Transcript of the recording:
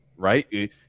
Right